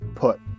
put